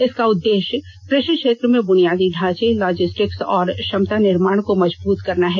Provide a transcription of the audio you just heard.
इसका उद्देश्य कृषि क्षेत्र में बुनियादी ढांचे लॉजिस्टिक्स और क्षमता निर्माण को मजबूत करना है